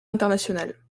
international